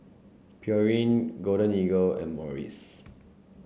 Pureen Golden Eagle and Morries